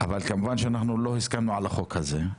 אבל כמובן שלא הסכמנו על החוק הזה.